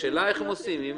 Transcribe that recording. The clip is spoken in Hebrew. השאלה איך הם עושים את זה.